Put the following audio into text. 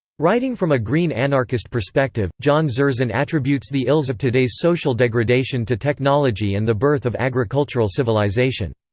writing from a green anarchist perspective, john zerzan attributes the ills of today's social degradation to technology and the birth of agricultural civilization.